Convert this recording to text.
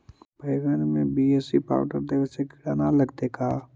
बैगन में BAC powder देबे से किड़ा न लगतै का?